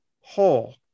whole